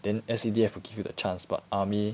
then S_C_D_F will give you the chance but army